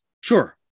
Sure